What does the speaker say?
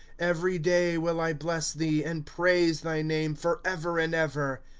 every day will i bless thee, and praise thy name forever and ever.